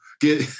get